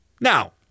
Now